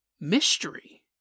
mystery